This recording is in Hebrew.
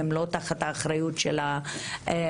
לא תחת אחריות של המל"ג.